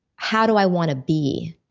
how do i want to be?